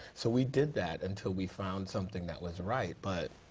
so we did that until we found something that was right, but